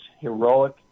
heroic